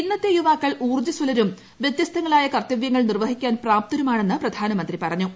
ഇന്നത്തെ യുവാക്കൾ ഊർജ്ജസ്വലരും വൃത്യസ്തങ്ങളായ കർത്തവൃങ്ങൾ നിർവഹിക്കാൻ പ്രാപ്തരുമാണെന്ന് പ്രധാനമന്ത്രി പറഞ്ഞു